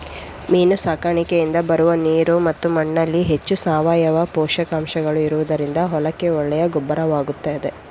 ಮೀನು ಸಾಕಣೆಯಿಂದ ಬರುವ ನೀರು ಮತ್ತು ಮಣ್ಣಿನಲ್ಲಿ ಹೆಚ್ಚು ಸಾವಯವ ಪೋಷಕಾಂಶಗಳು ಇರುವುದರಿಂದ ಹೊಲಕ್ಕೆ ಒಳ್ಳೆಯ ಗೊಬ್ಬರವಾಗುತ್ತದೆ